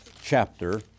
chapter